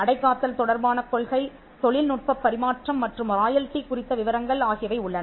அடைகாத்தல் தொடர்பான கொள்கை தொழில்நுட்பப் பரிமாற்றம் மற்றும் ராயல்டி குறித்த விவரங்கள் ஆகியவை உள்ளன